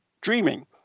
dreaming